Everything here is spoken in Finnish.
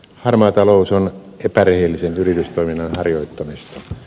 harmaa talous on epärehellisen yritystoiminnan harjoittamista